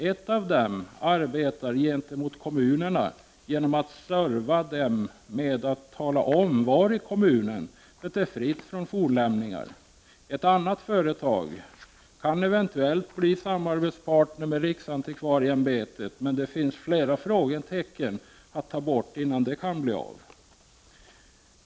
Ett av dem arbetar gentemot kommunerna genom att serva dem med att tala om var i kommunen det är fritt från fornlämningar. Ett annat företag kan eventuellt bli samarbetspartner med riksantikvarieämbetet. Men det finns flera frågetecken att ta bort innan det kan bli av.